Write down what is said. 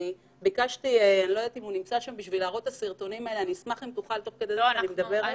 אני אשמח שייראו סרטונים תוך כדי זה שאני מדברת.